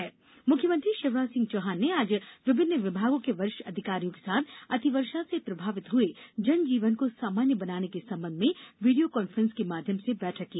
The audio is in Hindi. अतिवर्षा समीक्षा मुख्यमंत्री शिवराज सिंह चौहान ने आज विभिन्न विभागों के वरिष्ठ अधिकारियों के साथ अतिवर्षा से प्रभावित हुए जनजीवन को सामान्य बनाने के संबंध में वीडियो कान्फ्रेंस के माध्यम से बैठक की